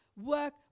work